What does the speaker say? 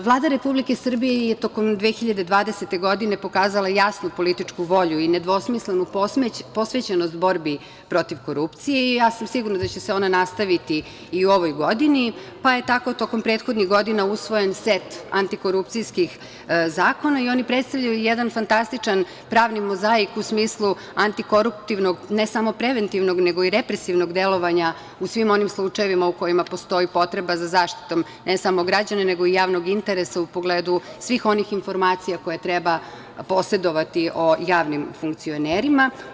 Vlada Republike Srbije je tokom 2020. godine pokazala jasnu političku volju i nedvosmislenu posvećenost u borbi protiv korupcije i ja sam sigurna da će se ona nastaviti i u ovoj godini, pa je tako tokom prethodnih godina usvojen set antikorupcijskih zakona i oni predstavljaju jedan fantastičan pravni mozaik u smislu antikoruptivnog ne samo preventivnog nego i represivnog delovanja u svim onim slučajevima u kojima postoji potreba za zaštitom ne samo građana nego i javnog interesa u pogledu svih onih informacija koje treba posedovati o javnim funkcionerima.